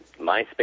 MySpace